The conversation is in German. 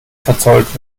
verzollt